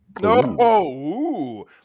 No